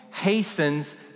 hastens